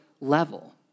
level